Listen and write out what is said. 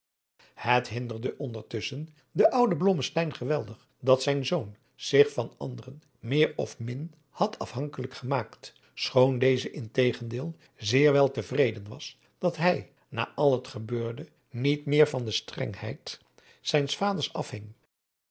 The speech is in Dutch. het hinderde ondertusschien den ouden blommesteyn geweldig dat zijn zoon zich van anderen meer of min had af hankelijk gemaakt schoon deze in tegendeel zeer wel te vreden was dat hij na al het gebeurde niet meer van de strengheid zijns vaders ashing